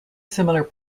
similar